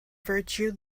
virtue